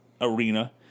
arena